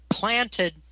Planted